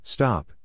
Stop